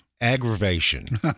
Aggravation